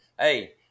hey